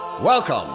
Welcome